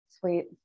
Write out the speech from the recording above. Sweet